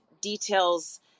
details